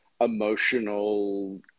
emotional